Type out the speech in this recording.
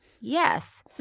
yes